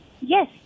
Yes